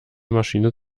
maschine